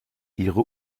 ihre